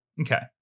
Okay